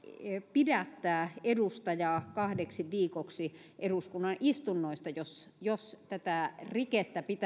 pidättää edustaja kahdeksi viikoksi eduskunnan istunnoista jos jos tätä rikettä